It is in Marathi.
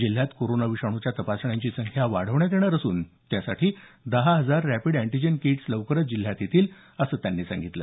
जिल्ह्यात कोरोना विषाणूच्या तपासण्यांची संख्या वाढवण्यात येणार असून त्यासाठी दहा हजार रॅपिड अँटिजेन किट्स लवकरच जिल्ह्यात येतील असं त्यांनी सांगितलं